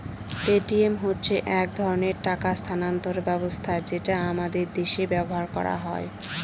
Paytm হচ্ছে এক ধরনের টাকা স্থানান্তর ব্যবস্থা যেটা আমাদের দেশে ব্যবহার করা হয়